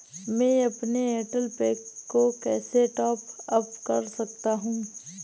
मैं अपने एयरटेल पैक को कैसे टॉप अप कर सकता हूँ?